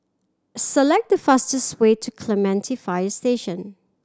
select the fastest way to Clementi Fire Station